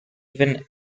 even